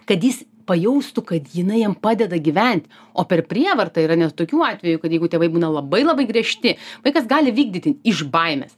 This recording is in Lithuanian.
kad jis pajaustų kad jinai jam padeda gyvent o per prievartą yra net tokių atvejų kad jeigu tėvai būna labai labai griežti vaikas gali vykdyti iš baimės